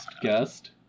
guest